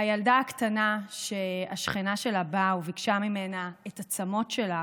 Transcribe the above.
הילדה הקטנה שהשכנה שלה באה וביקשה ממנה את הצמות שלה